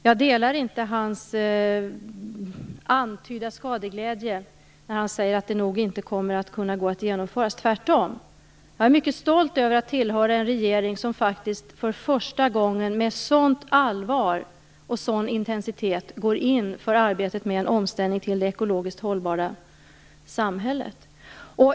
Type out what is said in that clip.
Jag delar dock inte Dan Ericssons antydda skadeglädje när han säger att detta nog inte kommer att kunna genomföras. Tvärtom är jag mycket stolt över att tillhöra en regering som faktiskt för första gången med ett sådant allvar och en sådan intensitet går in för arbetet med en omställning till det ekologiskt hållbara samhället.